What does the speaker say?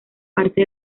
parte